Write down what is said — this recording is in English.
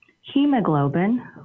hemoglobin